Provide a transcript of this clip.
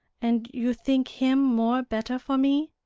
and you think him more better for me?